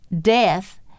death